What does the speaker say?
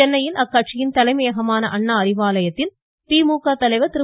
சென்னையில் அக்கட்சியின் தலைமையகமான அண்ணா அறிவாலயத்தில் திமுக தலைவர் திரு